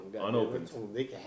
Unopened